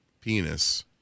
penis